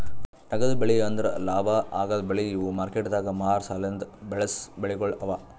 ನಗದು ಬೆಳಿ ಅಂದುರ್ ಲಾಭ ಆಗದ್ ಬೆಳಿ ಇವು ಮಾರ್ಕೆಟದಾಗ್ ಮಾರ ಸಲೆಂದ್ ಬೆಳಸಾ ಬೆಳಿಗೊಳ್ ಅವಾ